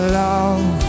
love